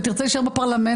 תרצה להישאר בפרלמנט,